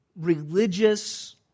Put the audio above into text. religious